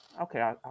Okay